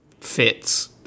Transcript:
fits